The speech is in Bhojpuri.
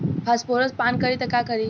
फॉस्फोरस पान करी त का करी?